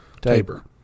Tabor